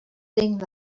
thing